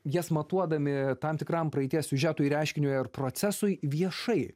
jas matuodami tam tikram praeities siužetui reiškiniui ar procesui viešai